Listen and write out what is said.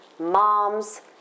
Moms